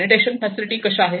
sanitation facility कशा आहेत